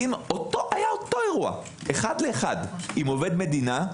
אם היה אותו אירוע אחד לאחד עם עובד מדינה,